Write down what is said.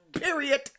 period